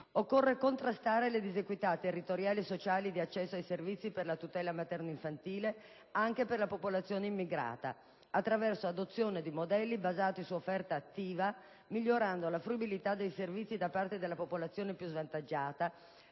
Occorre contrastare le disequità territoriali e sociali di accesso ai servizi per la tutela materno-infantile anche per la popolazione immigrata attraverso l'adozione di modelli basati sull'offerta attiva, migliorando la fruibilità dei servizi da parte della popolazione più svantaggiata